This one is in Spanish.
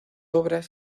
obras